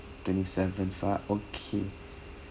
twenty-seventh ah okay